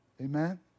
Amen